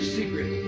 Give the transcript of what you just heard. secret